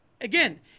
again